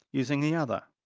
using the other.